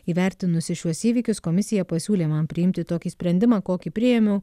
įvertinusi šiuos įvykius komisija pasiūlė man priimti tokį sprendimą kokį priėmiau